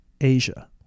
Asia